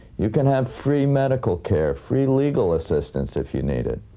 you can have free medical care, free legal assistance if you need it.